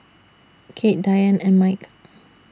Kade Diane and Mike